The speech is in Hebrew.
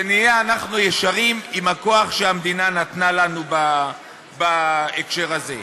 שנהיה אנחנו ישרים עם הכוח שהמדינה נתנה לנו בהקשר הזה.